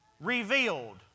revealed